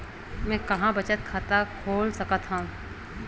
मेंहा कहां बचत खाता खोल सकथव?